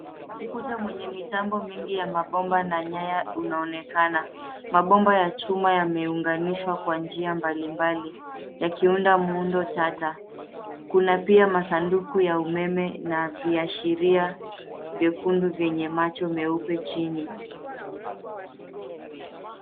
Ukuta mwenye mitambo mingi ya mabomba na nyaya unaonekana. Mabomba ya chuma yameunganishwa kwa njia mbalimbali yakiunda miundo tata. Kuna pia masanduku ya umeme na viashiri vyekundu vyenye macho meupe chini.